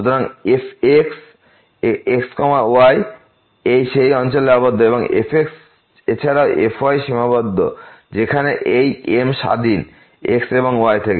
সুতরাং fxx y সেই অঞ্চলে আবদ্ধ এবং fx এছাড়াও fy সীমাবদ্ধ যেখানে এই M স্বাধীন x এবং y থেকে